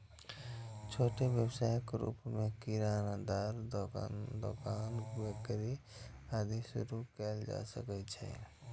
छोट व्यवसायक रूप मे किरानाक दोकान, बेकरी, आदि शुरू कैल जा सकैए